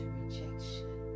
rejection